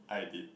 I did